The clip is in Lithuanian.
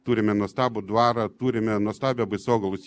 turime nuostabų dvarą turime nuostabią baisogalos